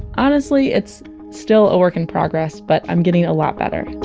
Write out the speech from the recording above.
honestly, it's still a work in progress. but i'm getting a lot better